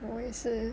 我也是